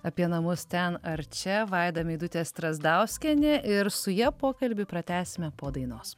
apie namus ten ar čia vaida meidutė strazdauskienė ir su ja pokalbį pratęsime po dainos